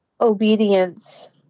obedience